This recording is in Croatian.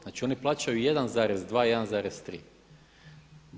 Znači oni plaćaju 1,2, 1,3.